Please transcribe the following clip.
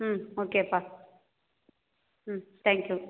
ம் ஓகேப்பா ம் தேங்க் யூ